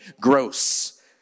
gross